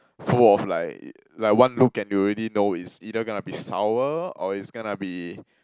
full of like like one look and you already know it's either gonna be sour or it's gonna be